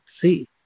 see